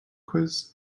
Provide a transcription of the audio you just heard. quiz